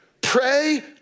Pray